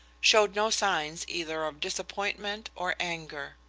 showed no sign either of disappointment or anger.